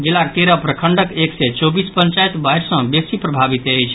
जिलाक तेरह प्रखंडक एक सय चौबीस पंचायत बाढ़ि सँ बेसी प्रभावित अछि